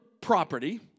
property